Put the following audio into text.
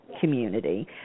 community